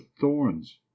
thorns